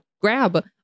grab